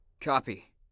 Copy